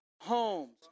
homes